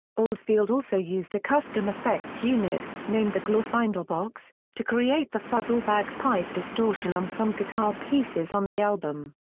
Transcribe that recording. oldfield also used a custom effects unit, named the glorfindel box, to create the fuzz or bagpipe distortion on some guitar pieces on the album.